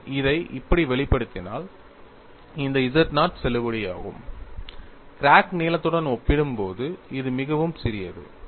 நீங்கள் இதை இப்படி வெளிப்படுத்தினால் இந்த z0 செல்லுபடியாகும் கிராக் நீளத்துடன் ஒப்பிடும்போது இது மிகவும் சிறியது